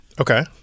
Okay